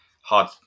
hard